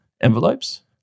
envelopes